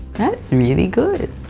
that's and really good!